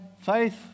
faith